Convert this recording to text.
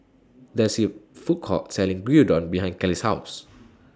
There IS A Food Court Selling Gyudon behind Kelly's House